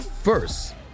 First